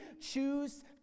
choose